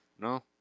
No